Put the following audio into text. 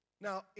now